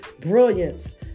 brilliance